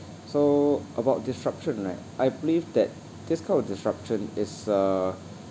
so about disruption right I believe that this kind of disruption is uh